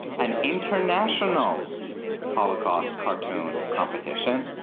an international holocaust cartoon competition.